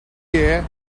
year